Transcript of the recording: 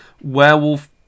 Werewolf